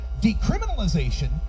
Decriminalization